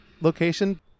location